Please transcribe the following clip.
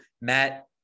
Matt